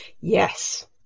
Yes